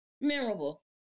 Memorable